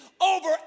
over